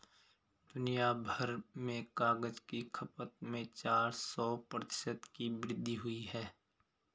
दुनियाभर में कागज की खपत में चार सौ प्रतिशत की वृद्धि हुई है